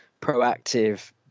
proactive